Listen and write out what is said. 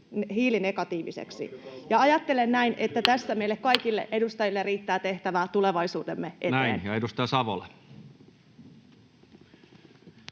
koputtaa] että tässä meille kaikille edustajille riittää tehtävää tulevaisuutemme eteen. Näin. — Ja edustaja Savola.